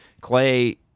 Clay